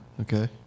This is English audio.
Okay